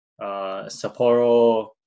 Sapporo